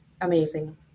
amazing